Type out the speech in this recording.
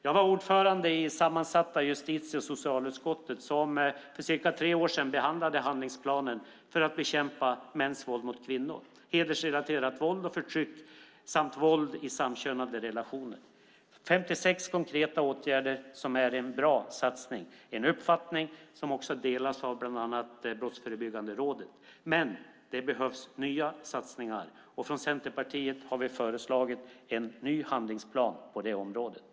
Jag var ordförande i det sammansatta justitie och socialutskottet som för cirka tre år sedan behandlade handlingsplanen för att bekämpa mäns våld mot kvinnor, hedersrelaterat våld och förtryck samt våld i samkönade relationer. Den omfattar 56 konkreta åtgärder, vilket är en bra satsning - en uppfattning som delas av bland annat Brottförebyggande rådet. Men det behövs nya satsningar, och från Centerpartiet har vi föreslagit en ny handlingsplan på det området.